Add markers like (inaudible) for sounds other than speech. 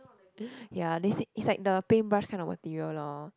(breath) ya they say is like the paintbrush kind of material lor